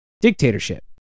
dictatorship